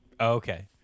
Okay